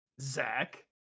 Zach